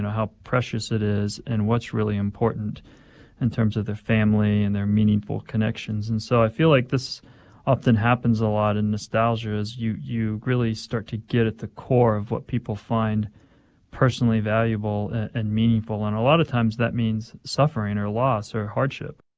how precious it is and what's really important in terms of their family and their meaningful connections. and so i feel like this often happens a lot in nostalgia is you you really start to get at the core of what people find personally valuable and meaningful. and a lot of times that means suffering or loss or hardship